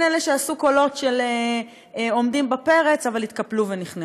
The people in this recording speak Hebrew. אלה שעשו קולות של עומדים בפרץ אבל התקפלו ונכנעו.